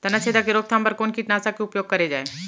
तनाछेदक के रोकथाम बर कोन कीटनाशक के उपयोग करे जाये?